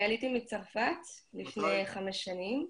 אני עליתי מצרפת לפני חמש שנים.